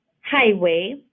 highway